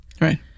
Right